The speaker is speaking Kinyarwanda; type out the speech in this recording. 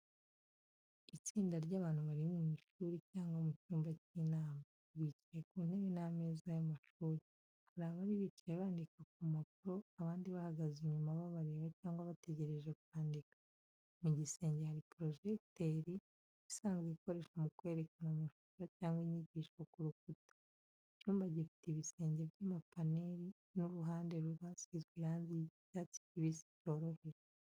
Itsinda ry’abantu bari mu ishuri cyangwa mu cyumba cy’inama, bicaye ku ntebe n’ameza y’amashuri. Hari abari bicaye bandika ku mpapuro, abandi bahagaze inyuma babareba cyangwa bategereje kwandika. Mu gisenge hari porojegiteri, isanzwe ikoreshwa mu kwerekana amashusho cyangwa inyigisho ku rukuta. Icyumba gifite ibisenge by’amapaneli n’uruhande rwasizwe irangi ry’icyatsi kibisi cyoroheje.